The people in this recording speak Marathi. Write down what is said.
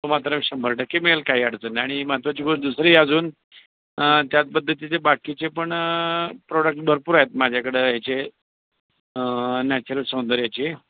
तो मात्र शंभर टक्के मिेळेल काय अडचण नाही आणि महत्वाची गोष्ट दुसरी अजून त्याच पद्धतीचे बाकीचे पण प्रॉडक्ट भरपूर आहेत माझ्याकडं याचे नॅचरल सौंदर्याचे